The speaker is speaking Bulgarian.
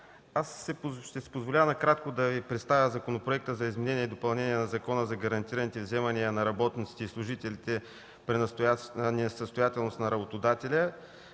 Ще си позволя накратко да Ви представя Законопроекта за изменение и допълнение на Закона за гарантираните вземания на работниците и служителите при несъстоятелност на работодателя.